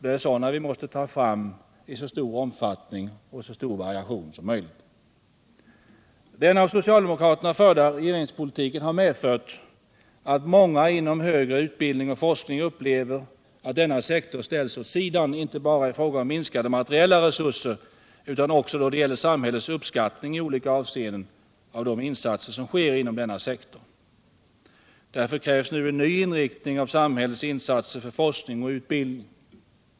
Det är sådana vi måste ta fram i så stor omfattning som möjligt. Den av socialdemokraterna förda regeringspolitiken har medfört att många inom högre utbildning och forskning upplever att denna sektor ställts åt sidan, inte bara i fråga om minskade materiella resurser utan också då det gäller samhällets uppskattning i olika avseenden av de insatser som sker inom denna sektor. Därför krävs nu en ny inriktning av samhällets insatser för forskning och utbildning.